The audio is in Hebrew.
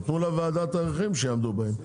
נתנו לוועדה תאריכים, שיעמדו בהם.